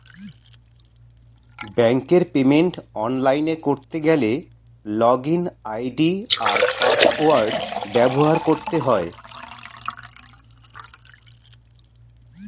ব্যাঙ্কের পেমেন্ট অনলাইনে করতে গেলে লগইন আই.ডি আর পাসওয়ার্ড ব্যবহার করতে হয়